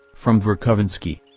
from verkovensky.